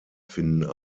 finden